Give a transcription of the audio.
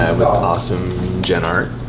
awesome jen art,